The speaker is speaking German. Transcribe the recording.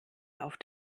auf